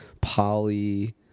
Poly